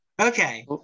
Okay